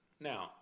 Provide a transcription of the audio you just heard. Now